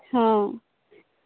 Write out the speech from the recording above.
ହଁ